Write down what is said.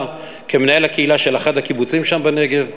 כמנהל הקהילה של אחד הקיבוצים שם בנגב.